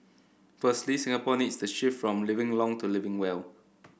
firstly Singapore needs the shift from living long to living well